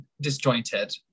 disjointed